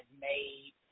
made